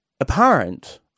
apparent